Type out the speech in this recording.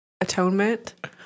atonement